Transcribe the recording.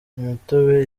imitobe